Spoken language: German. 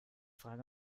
frage